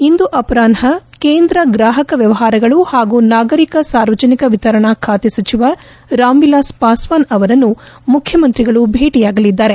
ಇಂದು ಅಪರಾಹ್ನ ಕೇಂದ್ರ ಗ್ರಾಹಕ ವ್ಯವಹಾರಗಳು ಹಾಗೂ ನಾಗರಿಕ ಸಾರ್ವಜನಿಕ ವಿತರಣಾ ಖಾತೆ ಸಚಿವ ರಾಮ್ವಿಲಾಸ್ ಪಾಸ್ವಾನ್ ಅವರನ್ನು ಮುಖ್ಯಮಂತ್ರಿಗಳು ಭೇಟಿಯಾಗಲಿದ್ದಾರೆ